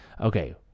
Okay